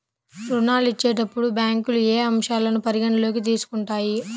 ఋణాలు ఇచ్చేటప్పుడు బ్యాంకులు ఏ అంశాలను పరిగణలోకి తీసుకుంటాయి?